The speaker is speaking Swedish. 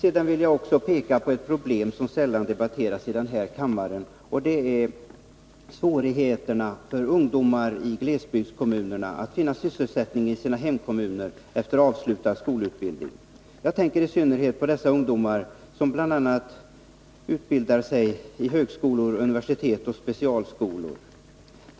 Jag vill också peka på ett problem som sällan debatteras i denna kammare, och det är svårigheterna för ungdomar i glesbygdskommunerna att finna sysselsättning i sina hemkommuner efter avslutad skolutbildning. Jag tänker i synnerhet på de ungdomar som bl.a. utbildar sig vid högskolor, universitet och specialskolor.